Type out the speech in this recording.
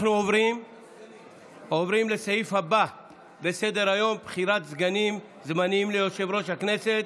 אנחנו עוברים לסעיף הבא בסדר-היום: בחירת סגנים זמניים ליושב-ראש הכנסת.